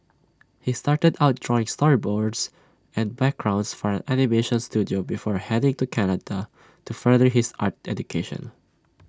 he started out drawing storyboards and backgrounds for an animation Studio before heading to Canada to further his art education